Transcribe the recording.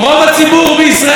עיסאווי פריג',